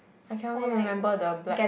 I can only remember the black